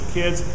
kids